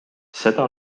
seda